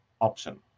option